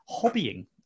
hobbying